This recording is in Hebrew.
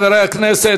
חברי הכנסת,